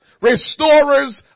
restorers